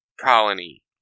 colony